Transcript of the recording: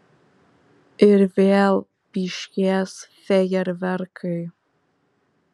ir vėl pyškės fejerverkai